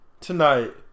Tonight